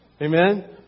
Amen